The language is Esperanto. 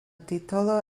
titolo